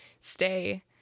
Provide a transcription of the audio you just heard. stay